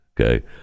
okay